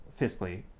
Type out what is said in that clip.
fiscally